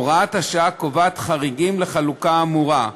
הוראת השעה קובעת חריגים לחלוקה האמורה,